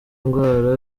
indwara